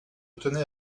tenais